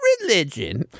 religion